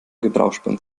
gebrauchsspuren